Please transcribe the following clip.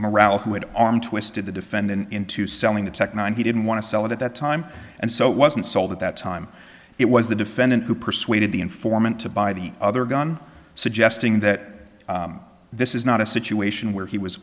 morale who had arm twisted the defendant into selling the tech nine he didn't want to sell it at that time and so it wasn't sold at that time it was the defendant who persuaded the informant to buy the other gun suggesting that this is not a situation where he was